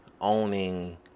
owning